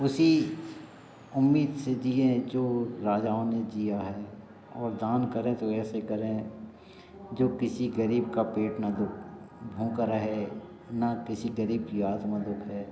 उसी उम्मीद से जिए जो राजाओं ने जिया है और दान करें तो ऐसे करें जो किसी ग़रीब का पेट ना दुख भूका रहे ना किसी ग़रीब की आत्मा दुखे